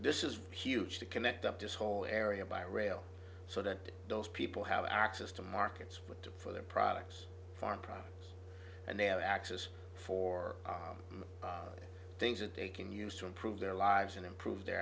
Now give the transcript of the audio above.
this is huge to connect up this whole area by rail so that those people have access to markets for their products farm products and they have access for things that they can use to improve their lives and improve their